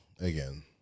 again